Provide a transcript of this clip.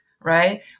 right